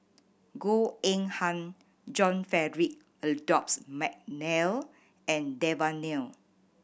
Goh Eng Han John Frederick Adolphus McNair and Devan Nair